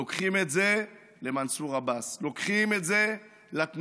לוקחים את זה למנסור עבאס, לוקחים את זה